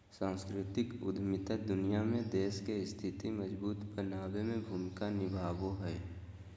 सांस्कृतिक उद्यमिता दुनिया में देश के स्थिति मजबूत बनाबे में भूमिका निभाबो हय